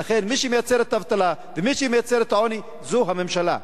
ולכן מי שמייצר את האבטלה ומי שמייצר את העוני זה הממשלה.